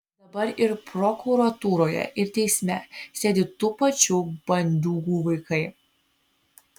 dabar ir prokuratūroje ir teisme sėdi tų pačių bandiūgų vaikai